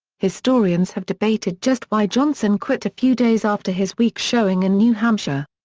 historians have debated just why johnson quit a few days after his weak showing in new hampshire.